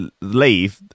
leave